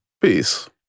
Peace